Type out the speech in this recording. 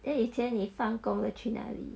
then 以前你放工了去哪里